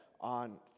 on